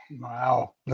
Wow